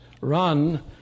run